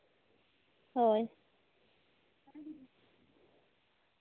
ᱦᱳᱭ